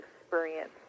experience